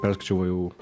perskaičiau va jau